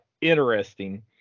interesting